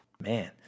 man